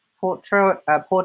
portrait